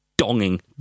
Donging